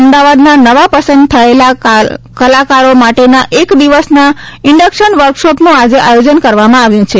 અમદાવાદના નવા પસંદ થયેલા કલાકારો માટેના એક દિવસના ઇન્ડક્શન વર્કશોપનું આજે આયોજન કરવામાં આવ્યું છે